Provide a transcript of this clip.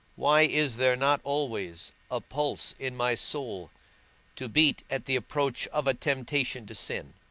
why is there not always a pulse in my soul to beat at the approach of a temptation to sin?